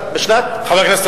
חבר הכנסת